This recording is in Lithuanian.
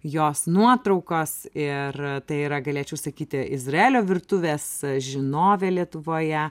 jos nuotraukos ir tai yra galėčiau sakyti izraelio virtuvės žinovė lietuvoje